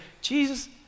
Jesus